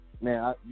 Man